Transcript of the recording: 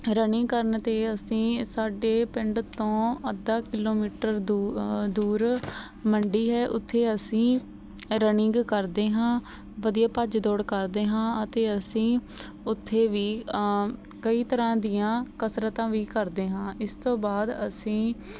running ਕਰਨ ਅਤੇ ਅਸੀਂ ਸਾਡੇ ਪਿੰਡ ਤੋਂ ਅੱਧਾ ਕਿਲੋਮੀਟਰ ਦੂ ਦੂਰ ਮੰਡੀ ਹੈ ਉੱਥੇ ਅਸੀਂ ਰਨਿੰਗ ਕਰਦੇ ਹਾਂ ਵਧੀਆ ਭੱਜ ਦੌੜ ਕਰਦੇ ਹਾਂ ਅਤੇ ਅਸੀਂ ਉੱਥੇ ਵੀ ਕਈ ਤਰ੍ਹਾਂ ਦੀਆਂ ਕਸਰਤਾਂ ਵੀ ਕਰਦੇ ਹਾਂ ਇਸ ਤੋਂ ਬਾਅਦ ਅਸੀਂ